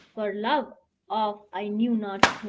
for love of i knew not